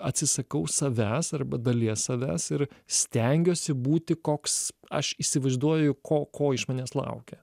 atsisakau savęs arba dalies savęs ir stengiuosi būti koks aš įsivaizduoju ko ko iš manęs laukia